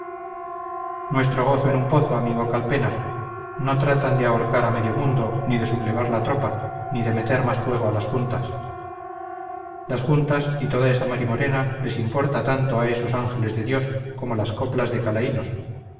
nuestro gozo en un pozo amigo calpena no tratan de ahorcar a medio mundo ni de sublevar la tropa ni de meter más fuego a las juntas las juntas y toda esa marimorena les importa tanto a esos ángeles de dios como las coplas de calaínos